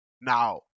Now